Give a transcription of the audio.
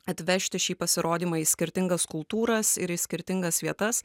atvežti šį pasirodymą į skirtingas kultūras ir į skirtingas vietas